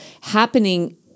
happening